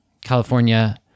California